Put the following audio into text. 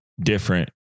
different